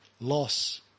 loss